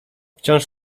wciąż